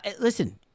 Listen